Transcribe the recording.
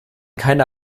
keiner